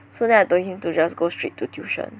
so then I told him to just go straight to tuition